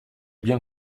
bien